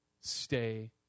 Stay